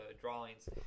drawings